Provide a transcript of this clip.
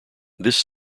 this